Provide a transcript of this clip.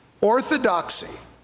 orthodoxy